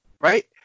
right